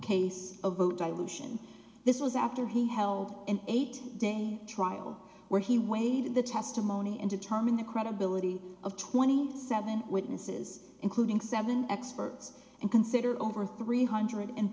case of vote dilution this was after he held in eight days trial where he weighed the testimony and determine the credibility of twenty seven dollars witnesses including seven experts and considered over three hundred and